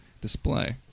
display